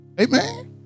Amen